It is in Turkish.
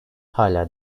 hala